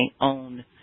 own